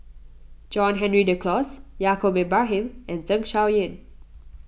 John Henry Duclos Yaacob Ibrahim and Zeng Shouyin